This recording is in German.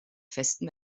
festem